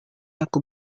aku